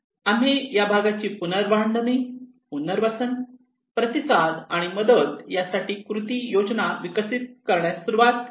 आम्ही या भागाची पुनर्बांधणी पुनर्वसन प्रतिसाद आणि मदत यासाठी कृती योजना विकसित करण्यास सुरवात केली